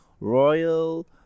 Royal